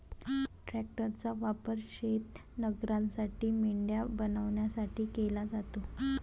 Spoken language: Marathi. ट्रॅक्टरचा वापर शेत नांगरण्यासाठी, मेंढ्या बनवण्यासाठी केला जातो